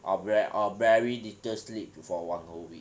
or ve~ or very little sleep for one whole week